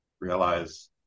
realize